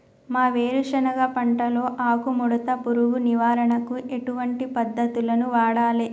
మా వేరుశెనగ పంటలో ఆకుముడత పురుగు నివారణకు ఎటువంటి పద్దతులను వాడాలే?